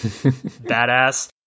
badass